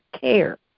care